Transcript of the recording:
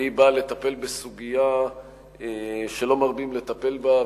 והיא באה לטפל בסוגיה שלא מרבים לטפל בה,